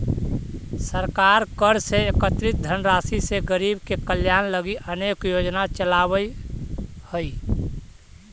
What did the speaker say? सरकार कर से एकत्रित धनराशि से गरीब के कल्याण लगी अनेक योजना चलावऽ हई